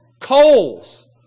coals